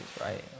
right